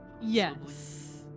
Yes